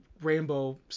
rainbow